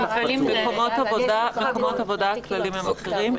במקומות עבודה הכללים הם אחרים,